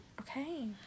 Okay